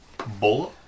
Bola